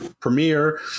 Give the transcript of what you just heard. Premiere